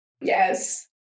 Yes